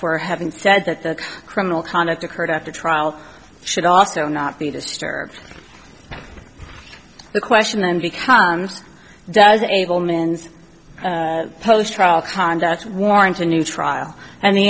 for having said that the criminal conduct occurred after trial should also not be disturbed the question then becomes does a goldman's polish trial conduct warrant a new trial and the